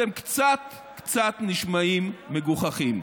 אתם קצת קצת נשמעים מגוחכים.